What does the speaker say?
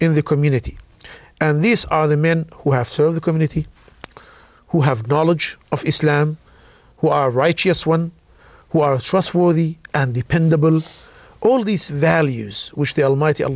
in the community and these are the men who have served the community who have knowledge of islam who are righteous one who are trustworthy and dependable all these values which the almight